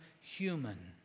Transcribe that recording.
human